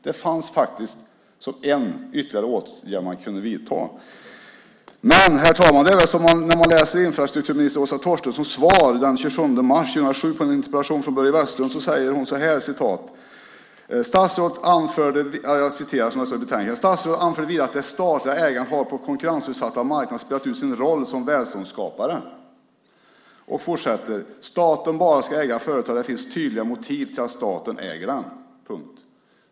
Det fanns faktiskt som en ytterligare åtgärd man kunde vidta. Herr talman! Det är väl som i infrastrukturminister Åsa Torstenssons svar den 27 mars 2007 på en interpellation från Börje Vestlund. Statsrådet anför att "på konkurrensutsatta marknader har det statliga ägandet spelat ut sin roll som välståndsskapare". Hon fortsätter med att "staten bara ska äga företag där det finns tydliga motiv till att staten äger dem".